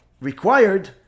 required